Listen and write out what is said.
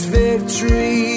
victory